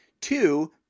Two